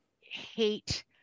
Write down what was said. hate